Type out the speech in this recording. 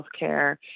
healthcare